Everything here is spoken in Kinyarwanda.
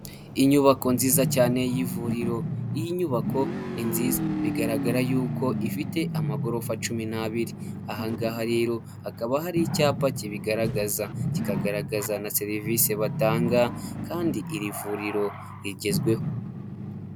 Inyubako nziza cyane y'ivuriro, iy'inyubako ni nziza bigaragara yuko ifite amagorofa cumi n'abiri, ahangaha rero hakaba hari icyapa kibigaragaza, kikagaragaza na serivisi batanga, kandi iri vuriro rigezweho.